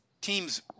teams